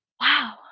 Wow